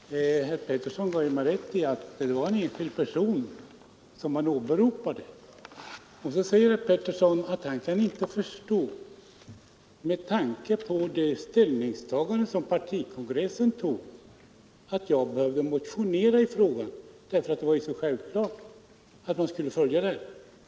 Herr talman! Herr Petersson ger mig rätt i att det var en enskild person som han åberopade. Så säger herr Petersson att han inte kan förstå, med tanke på det ställningstagande partikongressen tog, att jag självklart att man skulle följa partikongressen.